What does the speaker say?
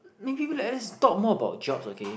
maybe let's talk more about jobs okay